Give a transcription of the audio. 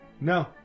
No